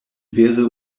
vere